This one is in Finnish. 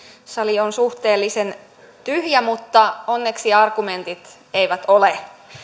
sali on suhteellisen tyhjä mutta onneksi argumentit eivät ole